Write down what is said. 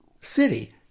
city